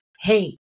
Hey